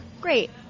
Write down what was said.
great